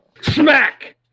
Smack